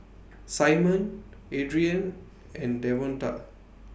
Simon Adriane and Davonta